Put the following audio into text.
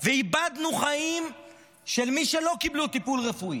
ואיבדנו חיים של מי שלא קיבלו טיפול רפואי.